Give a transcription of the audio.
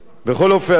אדוני היושב-ראש,